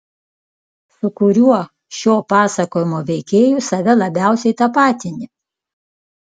su kuriuo šio pasakojimo veikėju save labiausiai tapatini